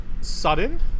sudden